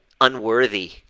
unworthy